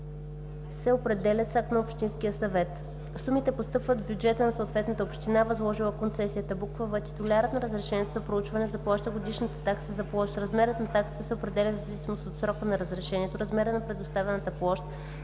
определят с акт на Общинския съвет. Сумите постъпват в бюджета на съответната община, възложила концесията. в) Титулярят на разрешението за проучване заплаща годишна такса за площ. Размерът на таксата се определя в зависимост от срока на разрешението, размера на предоставената площ